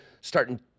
starting